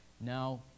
now